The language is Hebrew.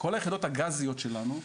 כל היחידות הגזיות שלנו,